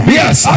yes